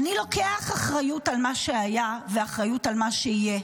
-- אני לוקח אחריות על מה שהיה ואחריות על מה שיהיה.